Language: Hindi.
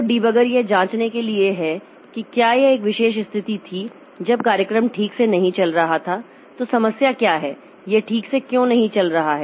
तो डिबगर यह जाँचने के लिए है कि क्या यह एक विशेष स्थिति थी जब कार्यक्रम ठीक से नहीं चल रहा था तो समस्या क्या है यह ठीक से क्यों नहीं चल रहा है